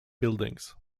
buildings